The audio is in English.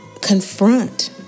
confront